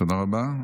תודה רבה.